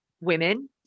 women